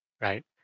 right